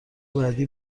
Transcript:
بعدی